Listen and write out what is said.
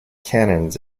cannons